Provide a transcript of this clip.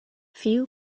few